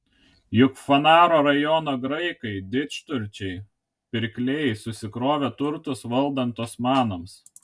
juk fanaro rajono graikai didžturčiai pirkliai susikrovė turtus valdant osmanams